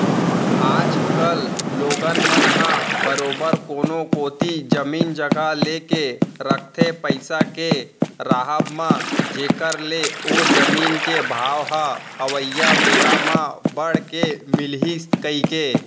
आज कल लोगन मन ह बरोबर कोनो कोती जमीन जघा लेके रखथे पइसा के राहब म जेखर ले ओ जमीन के भाव ह अवइया बेरा म बड़ के मिलही कहिके